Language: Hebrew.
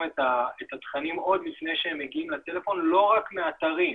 את התכנים עוד לפני שהם מגיעים לטלפון לא רק מאתרים,